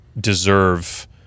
deserve